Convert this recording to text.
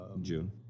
June